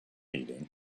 eating